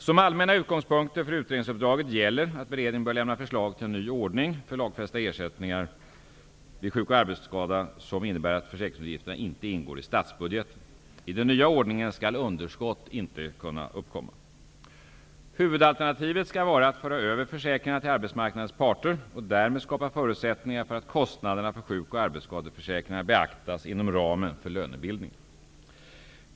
Som allmänna utgångspunkter för utredningsuppdraget gäller att beredningen bör lämna förslag till en ny ordning för lagfästa ersättningar vid sjukdom och arbetsskada, som innebär att försäkringsutgifterna inte ingår i statsbudgeten. I den nya ordningen skall underskott inte kunna uppkomma. Huvudalternativet skall vara att föra över försäkringarna till arbetsmarknadens parter och därmed skapa förutsättningar för att kostnaderna för sjuk och arbetsskadeförsäkringarna beaktas inom ramen för lönebildningen.